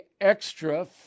extra